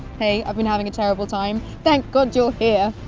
hey, i've been having a terrible time. thank god you're here. ah,